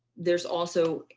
there's also